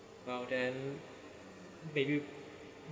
well then maybe